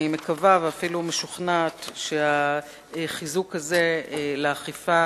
אני מקווה ואפילו משוכנעת שהחיזוק הזה לאכיפה